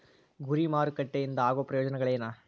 ಗುರಿ ಮಾರಕಟ್ಟೆ ಇಂದ ಆಗೋ ಪ್ರಯೋಜನಗಳೇನ